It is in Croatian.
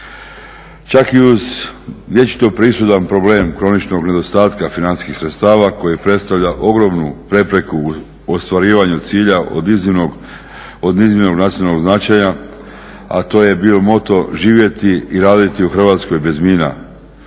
Čak i uz vječito prisutan problem kroničnog nedostatka financijskih sredstava koji predstavlja ogromnu prepreku u ostvarivanju cilja od iznimnog nacionalnog značenja a to je bio moto živjeti i raditi u Hrvatskoj bez mina